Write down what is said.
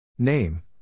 Name